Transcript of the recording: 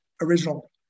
original